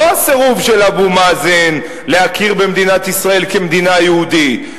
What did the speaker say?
לא הסירוב של אבו מאזן להכיר במדינת ישראל כמדינה יהודית,